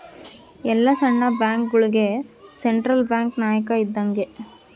ಎಲ್ಲ ಸಣ್ಣ ಬ್ಯಾಂಕ್ಗಳುಗೆ ಸೆಂಟ್ರಲ್ ಬ್ಯಾಂಕ್ ನಾಯಕ ಇದ್ದಂಗೆ